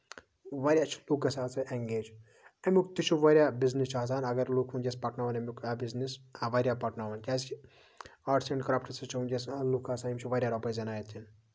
واریاہ چھِ لُکھ گژھان اَمہِ سۭتۍ اینگیج اَمیُک تہِ چھُ واریاہ بِزنِس چھِ آسان اَگر لُکھ وٕنکٮ۪س پَکناوان اَمیُک بِزنِس واریاہ پَکناوان کیازِ کہِ آرٹٔس اینڈ کرافٹٔس سۭتۍ چھِ وٕنکیٚس لُکھ آسان یِم چھِ واریاہ رۄپے زینان اَتہِ